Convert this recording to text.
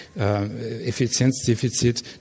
Effizienzdefizit